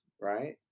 right